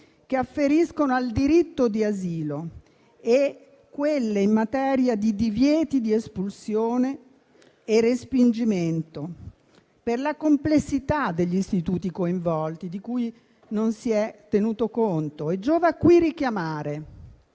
che afferiscono al diritto di asilo, e di divieti di espulsione e respingimento, per la complessità degli istituti coinvolti, di cui non si è tenuto conto. Giova qui richiamare